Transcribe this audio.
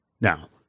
Now